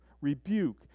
rebuke